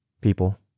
People